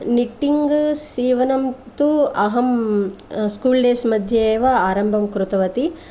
knitting सीवनं तु अहं स्कूल् डेस् मध्ये एव आरम्भं कृतवती